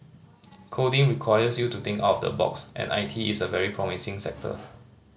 coding requires you to think of the box and I T is a very promising sector